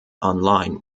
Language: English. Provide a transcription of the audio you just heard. online